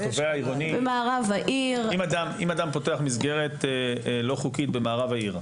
אם אדם פותח מסגרת לא חוקית במערב העיר,